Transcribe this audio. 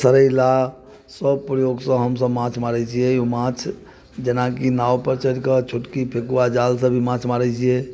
सरैला सब प्रयोगसँ हमसब माछ मारै छिए ओ माछ जेनाकि नावपर चढ़िके छोटकी फेकुआ जालसँ भी माछ मारै छिए